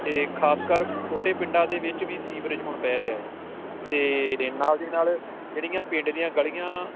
ਅਤੇ ਖਾਸਕਰ ਛੋਟੇ ਪਿੰਡਾਂ ਦੇ ਵਿੱਚ ਵੀ ਸੀਵਰੇਜ ਹੁਣ ਪੈ ਰਿਹਾ ਆ ਅਤੇ ਨਾਲ ਦੀ ਨਾਲ ਜਿਹੜੀਆਂ ਪਿੰਡ ਦੀਆਂ ਗਲੀਆਂ